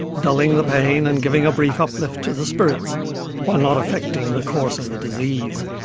dulling the pain and giving a brief uplift to the spirits while not affecting the course of the disease.